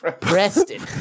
Preston